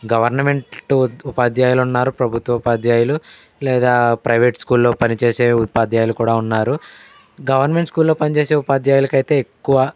government ఉపాధ్యాయులు ఉన్నారు ప్రభుత్వ ఉపాధ్యాయులు లేదా ప్రైవేట్ స్కూల్లో పనిచేసే ఉపాధ్యాయులు కూడా ఉన్నారు గవర్నమెంట్ స్కూల్లో పనిచేసే ఉపాధ్యాయులకు అయితే ఎక్కువ